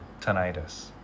tinnitus